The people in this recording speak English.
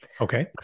Okay